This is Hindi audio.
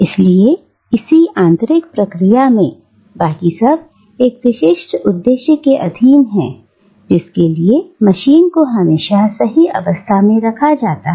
इसलिए इसी आंतरिक प्रक्रिया में बाकी सब एक विशिष्ट उद्देश्य के अधीन है जिसके लिए मशीन को हमेशा सही अवस्था में रखा जाता है